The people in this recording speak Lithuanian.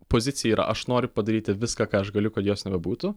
pozicija yra aš noriu padaryti viską ką aš galiu kad jos nebebūtų